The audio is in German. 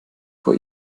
vor